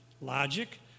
logic